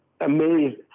amazed